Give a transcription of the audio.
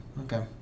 Okay